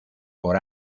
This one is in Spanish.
por